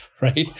right